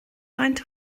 faint